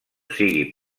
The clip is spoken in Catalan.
sigui